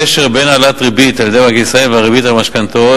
הקשר בין העלאת ריבית על-ידי בנק ישראל והריבית על המשכנתאות,